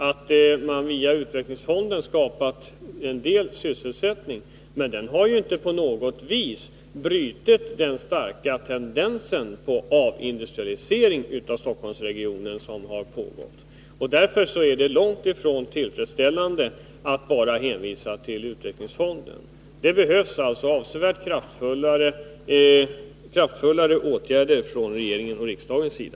Det har via utvecklingsfonden skapats en del sysselsättning, men den har inte på något vis brutit den starka tendens till avindustrialisering av Stockholmsregionen Nr 110 som har börjat visa sig. Därför är det långt ifrån tillfredsställande att bara Torsdagen den hänvisa till utvecklingsfonden. Det behövs avsevärt kraftfullare åtgärder från 2 april 1981 regeringens och riksdagens sida.